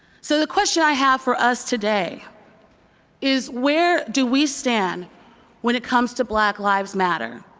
so the question i have for us today is where do we stand when it comes to black lives matter?